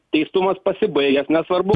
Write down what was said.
teistumas pasibaigęs nesvarbu